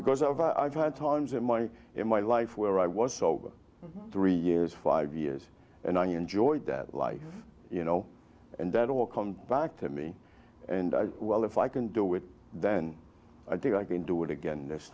because i've had times in my in my life where i was over three years five years and i knew enjoyed that life you know and that all come back to me and i well if i can do it then i think i can do it again this